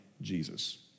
Jesus